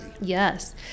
Yes